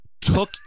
Took